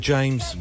James